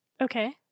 Okay